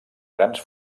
grans